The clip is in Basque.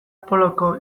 poloko